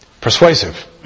persuasive